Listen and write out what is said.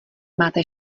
máte